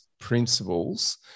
principles